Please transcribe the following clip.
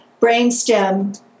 brainstem